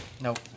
Nope